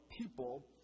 people